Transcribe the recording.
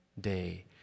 day